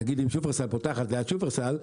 נגיד שופרסל פותחת ליד שופרסל,